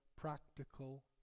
practical